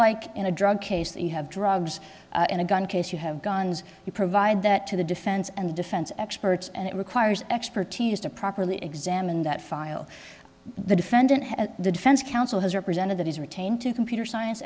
like in a drug case that you have drugs in a gun case you have guns you provide that to the defense and defense experts and it requires expertise to properly examine that file the defendant the defense counsel has represented that is retained to computer science